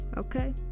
okay